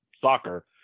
soccer